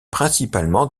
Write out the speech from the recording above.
principalement